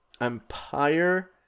Empire